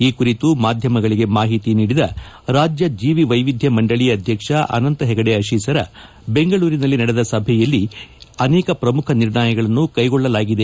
ಈ ಕುರಿತು ಮಾಧ್ಯಮಗಳಿಗೆ ಮಾಹಿತಿ ನೀಡಿದ ರಾಜ್ಯ ಜೀವಿ ವೈವಿಧ್ಯ ಮಂಡಳಿ ಅಧ್ಯಕ್ಷ ಅನಂತ ಹೆಗಡೆ ಆಶೀಸರ ಬೆಂಗಳೂರಿನಲ್ಲಿ ನಡೆದ ಸಭೆಯಲ್ಲಿ ಅನೇಕ ಪ್ರಮುಖ ನಿರ್ಣಯಗಳನ್ನು ಕೈಗೊಳ್ಳಲಾಗಿದೆ